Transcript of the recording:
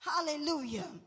Hallelujah